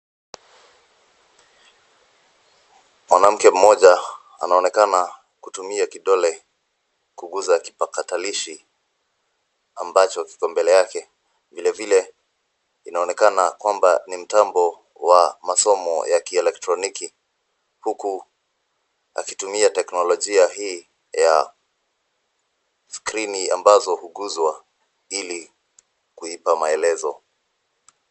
Mwanamke mmoja anaonekana kutumia kidole kuguza kipakatalishi ambacho kiko mbele yake. Vile vile inaonekana kwamba ni mtambo wa masomo ya kieletroniki huku akitumia teknolojia hii ya skrini ambazo huguzwa ili kuipa maelezo.